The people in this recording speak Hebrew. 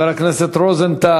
ולחבר הכנסת רוזנטל,